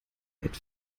weit